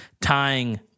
tying